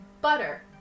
butter